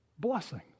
Blessing